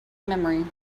memory